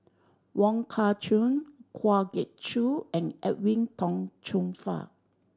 Wong Kah Chun Kwa Geok Choo and Edwin Tong Chun Fai